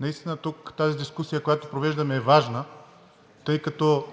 Наистина тук тази дискусия, която провеждаме, е важна, тъй като